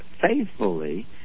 faithfully